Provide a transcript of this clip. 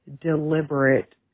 Deliberate